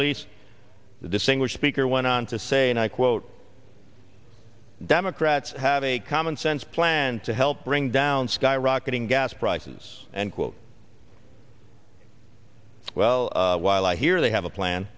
release the distinguish speaker went on to say and i quote democrats have a common sense plan to help bring down skyrocketing gas prices and quote well while i hear they have a plan